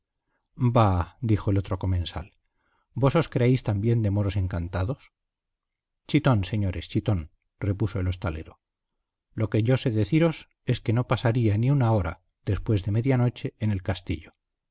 bah dijo el otro comensal vos os creéis también de moros encantados chitón señores chitón repuso el hostalero lo que yo sé deciros es que no pasaría ni una hora después de media noche en el castillo